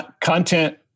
Content